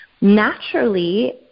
naturally